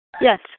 Yes